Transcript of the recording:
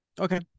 okay